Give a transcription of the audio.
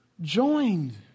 joined